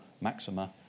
maxima